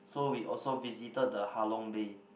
so we also visited the Halong Bay